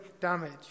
damage